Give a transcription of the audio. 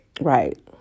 Right